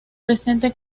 presente